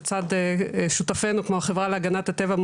לצד שותפינו כמו החברה להגנת הטבע,